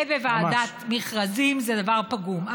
ובוועדת מכרזים זה דבר פגום.